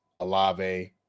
Alave